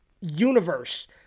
universe